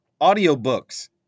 Audiobooks